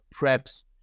preps